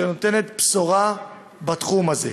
שנותנת בשורה בתחום הזה.